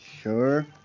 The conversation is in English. Sure